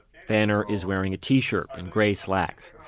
vanner is wearing a t-shirt and gray slacks.